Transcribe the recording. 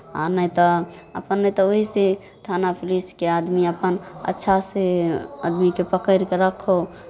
आ नहि तऽ अपन नहि तऽ ओहिसँ थाना पुलिसके आदमी अपन अच्छासँ आदमीकेँ पकड़ि कऽ राखहु